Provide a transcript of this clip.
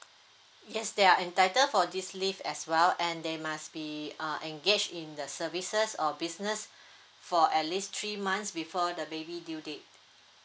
yes they are entitle for this leave as well and they must be uh engage in the services or business for at least three months before the baby due date